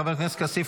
חבר הכנסת פורר,